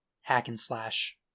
hack-and-slash